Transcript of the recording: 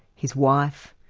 his wife,